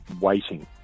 waiting